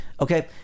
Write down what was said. Okay